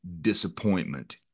disappointment